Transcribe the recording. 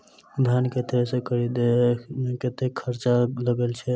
धान केँ थ्रेसर खरीदे मे कतेक खर्च लगय छैय?